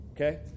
Okay